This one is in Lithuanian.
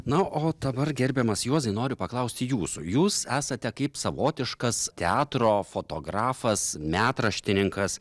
na o dabar gerbiamas juozai noriu paklausti jūsų jūs esate kaip savotiškas teatro fotografas metraštininkas